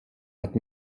hat